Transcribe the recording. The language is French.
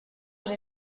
j’ai